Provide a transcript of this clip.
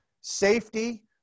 safety